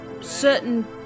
Certain